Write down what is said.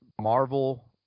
Marvel